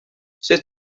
sut